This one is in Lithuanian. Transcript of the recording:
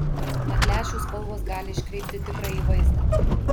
mat lęšių spalvos gali iškreipti tikrąjį vaizdą